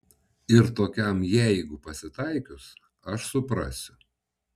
ir tokiam jeigu pasitaikius aš suprasiu